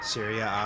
Syria